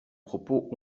propos